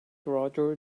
roger